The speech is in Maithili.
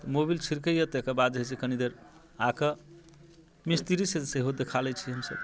मोबिल छिलकै अइ ताहिके बाद कनि देर आकऽ मिस्तिरीसँ सेहो देखा लै छी हमसब